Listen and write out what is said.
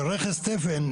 של רכס תפן,